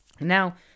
Now